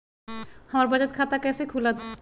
हमर बचत खाता कैसे खुलत?